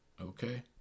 Okay